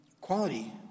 quality